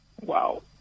Wow